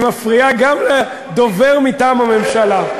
והיא מפריעה גם לדובר מטעם הממשלה.